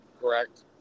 correct